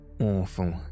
Awful